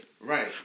Right